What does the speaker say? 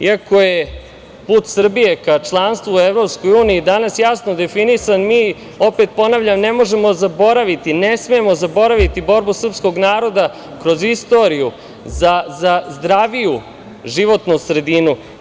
I ako je put Srbije ka članstvu EU danas jasno definiše, mi opet, ponavljam ne možemo zaboraviti, ne smemo zaboraviti borbu srpskog naroda kroz istoriju za zdraviju životnu sredinu.